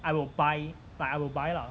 I will buy but I will buy lah